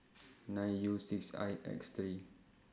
nine U six I X three